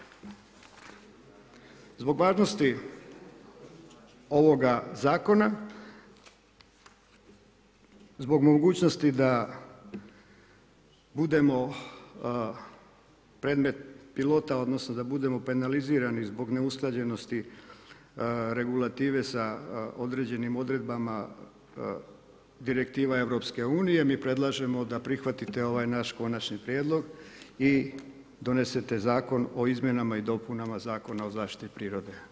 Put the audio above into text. Zbog važnosti ovoga zakona, zbog mogućnosti da budemo predmet pilota, odnosno da budemo penalizirani zbog neusklađenosti regulative sa određenim odredbama direktiva EU-a, mi predlažemo da prihvatite ovaj naš konačni prijedlog i donesete zakon o izmjenama i dopunama Zakona o zaštiti prirode.